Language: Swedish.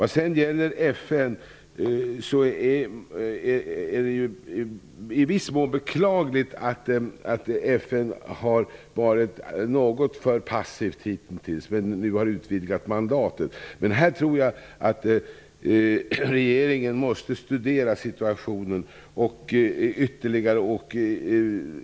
Det är i viss mån beklagligt att FN har varit något för passivt hittills, men nu har man utvidgat mandatet. Jag tror att regeringen måste studera situationen ytterligare.